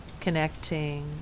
connecting